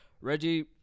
Reggie